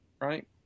right